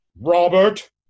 Robert